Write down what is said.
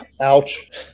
Ouch